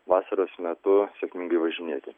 vasaros metu sėkmingai važinėti